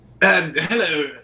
Hello